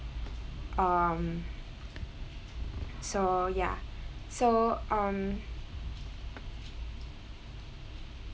um so ya so um